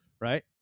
Right